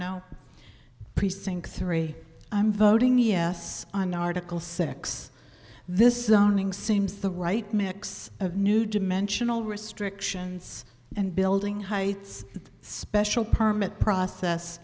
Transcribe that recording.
sarno precinct three i'm voting yes on article six this is owning seems the right mix of new dimensional restrictions and building heights a special permit process